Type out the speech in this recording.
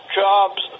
jobs